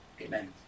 Amen